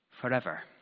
forever